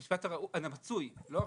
בית המשפט המצוי, לא הראוי.